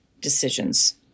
decisions